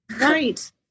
Right